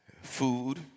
food